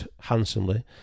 handsomely